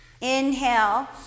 Inhale